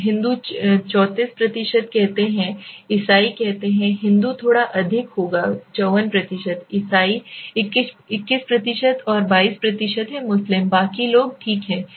अब हिंदू 34 कहते हैं ईसाई कहते हैं हिंदू थोड़ा अधिक होगा 54 ईसाई 21 और 22 है मुस्लिम बाकी लोग ठीक हैं